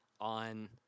on